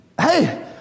Hey